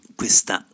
questa